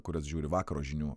kurias žiūri vakaro žinių